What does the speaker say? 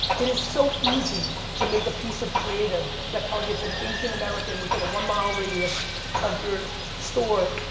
it is so easy to make a piece of creative that targets an asian american within a one mile radius of your store,